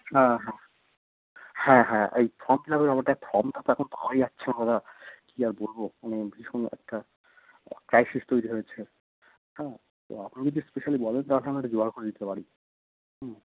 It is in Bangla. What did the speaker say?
হ্যাঁ হ্যাঁ হ্যাঁ হ্যাঁ এই ফর্ম ফিলাপের ব্যপারটা ফর্মটা তো এখন পাওয়াই যাচ্ছে না দাদা কি আর বলবো মানে ভীষণ একটা ক্রাইসিস তৈরি হয়েছে হ্যাঁ তো আপনি যদি স্পেশালি বলেন তাহলে আমি একটা জোগাড় করে দিতে পারি হুম